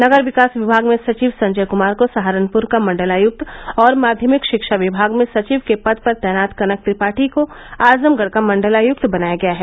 नगर विकास विभाग में सचिव संजय कुमार को सहारनपुर का मण्डलायुक्त और माध्यमिक षिक्षा विभाग में सचिव के पद पर तैनात कनक त्रिपाठी को आजमगढ़ का मण्डलायुक्त बनाया गया है